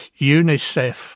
UNICEF